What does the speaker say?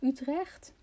Utrecht